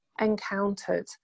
encountered